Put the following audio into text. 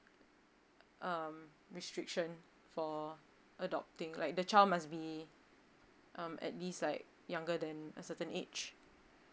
um restriction for adopting like the child must be um at least like younger than a certain age